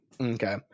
Okay